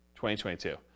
2022